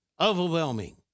overwhelming